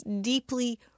deeply